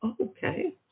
Okay